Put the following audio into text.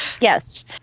Yes